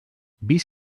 vist